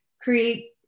create